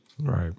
Right